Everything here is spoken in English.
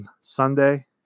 Sunday